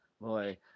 Boy